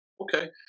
Okay